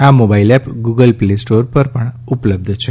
આ mobile app Google play store પર ઉપલબ્ધ છે